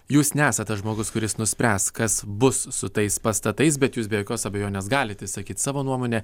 jūs nesat tas žmogus kuris nuspręs kas bus su tais pastatais bet jūs be jokios abejonės galit išsakyti savo nuomonę